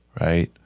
right